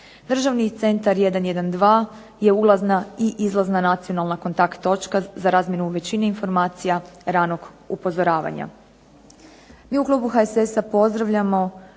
Državni centar 112 je ulazna i izlazna nacionalna kontakt točka za razmjenu u većini informacija ranog upozoravanja. Mi u klubu HSS-a pozdravljamo